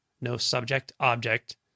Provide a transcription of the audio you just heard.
no-subject-object